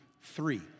Three